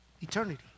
eternity